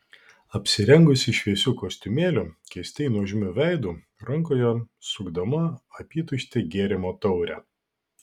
apsirengusi šviesiu kostiumėliu keistai nuožmiu veidu rankoje sukdama apytuštę gėrimo taurę